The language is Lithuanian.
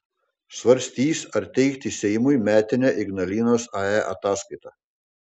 svarstys ar teikti seimui metinę ignalinos ae ataskaitą